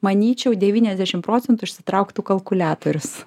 manyčiau devyniasdešim procentų išsitrauktų kalkuliatorius